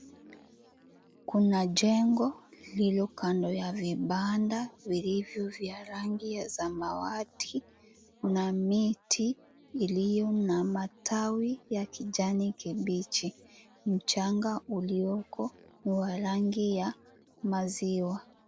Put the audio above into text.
Kuna jengo lililo kando ya vibanda vilivyo vya rangi ya samawati. Kuna miti iliyo na matawi ya kijani kibichi. Mchanga ulioko ni wa rangi ya maziwa.